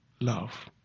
love